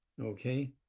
okay